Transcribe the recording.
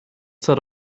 sort